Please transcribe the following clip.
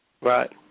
Right